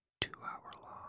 two-hour-long